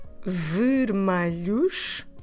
vermelhos